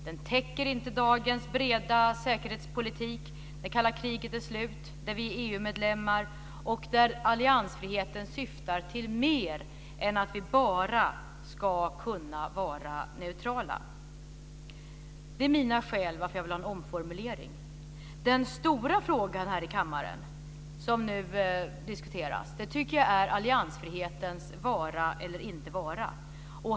Den täcker inte dagens breda säkerhetspolitik där det kalla kriget är slut, där vi är EU medlemmar och där alliansfriheten syftar till mer än att vi bara ska kunna vara neutrala. Det är mina skäl till varför jag vill ha en omformulering. Den stora frågan här i kammaren som nu diskuteras är alliansfrihetens vara eller inte vara.